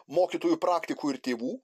mokytojų praktikų ir tėvų